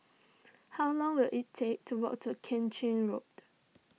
how long will it take to walk to King Road